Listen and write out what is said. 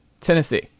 Tennessee